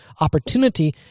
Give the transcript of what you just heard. opportunity